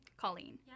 Colleen